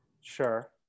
sure